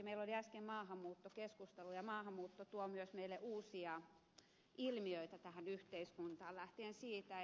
meillä oli äsken maahanmuuttokeskustelu ja maahanmuutto tuo myös meille uusia ilmiöitä tähän yhteiskuntaan